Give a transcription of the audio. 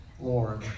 Lord